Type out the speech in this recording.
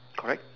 correct